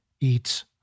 eats